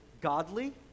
godly